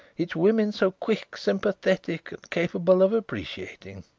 its women so quick, sympathetic and capable of appreciating?